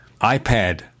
iPad